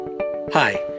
Hi